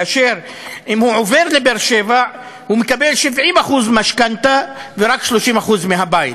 ואם הוא עובר לבאר-שבע הוא מקבל 70% משכנתה ורק 30% מהבית.